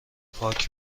پاک